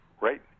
right